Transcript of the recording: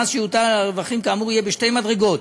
המס שיוטל על הרווחים כאמור יהיה בשתי מדרגות,